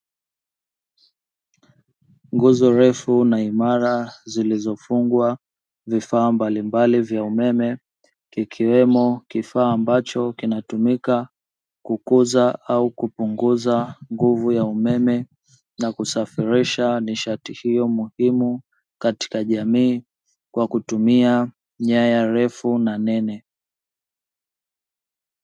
Ngozo refu na imara zilizofungwa vifaa mbalimbali vya umeme, kikiwemo kifaa ambacho kinatumika kukuza au kupunguza nguvu ya umeme na kusafirisha nishati hiyo muhimu katika jamii kwa kutumia nyaya refu na nene.